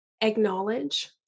acknowledge